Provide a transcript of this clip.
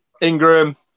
Ingram